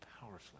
powerfully